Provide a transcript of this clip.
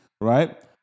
right